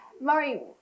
Murray